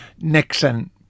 Nixon